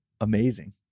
amazing